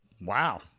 Wow